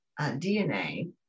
DNA